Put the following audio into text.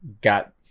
got